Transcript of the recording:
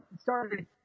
started